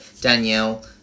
Danielle